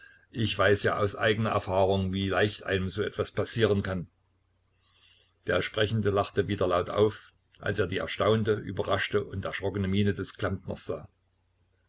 ich weiß ja aus eigener erfahrung wie leicht einem so was passieren kann der sprechende lachte wieder laut auf als er die erstaunte überraschte und erschrockene miene des klempners sah